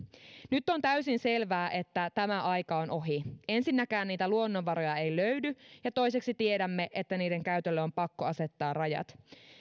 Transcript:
nyt on täysin selvää että tämä aika on ohi ensinnäkään niitä luonnonvaroja ei löydy ja toiseksi tiedämme että niiden käytölle on pakko asettaa rajat